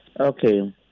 Okay